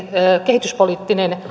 kehityspoliittinen